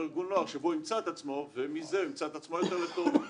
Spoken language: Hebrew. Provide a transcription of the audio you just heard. ארגון נוער שבו הוא ימצא את עצמו ומזה הוא יהפוך להיות טוב יותר